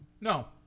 no